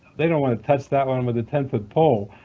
they don't want to touch that one with a ten foot pole.